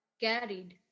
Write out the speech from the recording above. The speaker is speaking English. carried